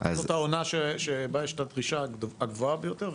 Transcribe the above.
זאת העונה שבה יש את הדרישה הגבוהה ביותר,